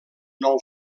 nou